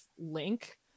link